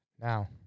now